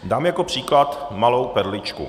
Dám jako příklad malou perličku.